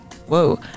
whoa